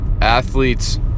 athletes